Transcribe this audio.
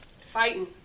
fighting